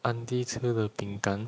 auntie 吃的饼干